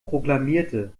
proklamierte